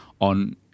on